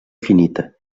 finita